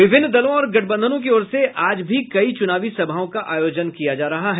विभिन्न दलों और गठबंधनों की ओर से आज भी कई चुनावी सभाओं का आयोजन किया जा रहा है